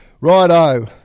Righto